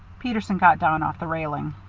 peterson got down off the railing.